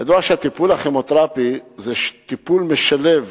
ידוע שהטיפול הכימותרפי זה טיפול שמשלב